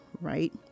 Right